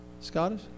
Scottish